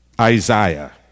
Isaiah